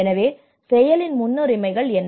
எனவே செயலின் முன்னுரிமைகள் என்ன